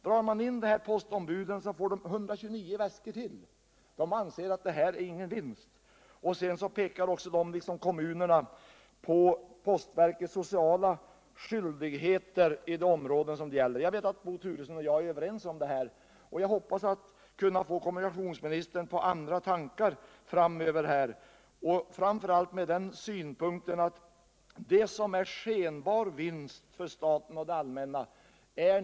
Om postombuden dras in, får man vtterligare 129 väskor att behandla. Man anser där att detta inte ger någon vinst. Man pekar också liksom postverket på verkets sociala skyldigheter i det område som det gäller. Jag vet att Bo Turesson och jag är överens på den punkten, och jag hoppas kunna få kommunministern på andra tankar framöver. framför allt mot bakgrund av synpunkten att det gäller en skenbar vinst för staten och det allmänna.